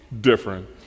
different